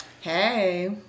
Hey